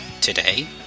Today